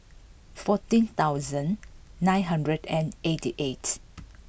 fourteen thousand nine hundred and eighty eight